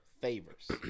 favors